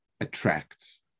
attracts